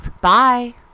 Bye